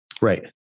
Right